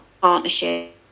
partnership